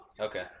Okay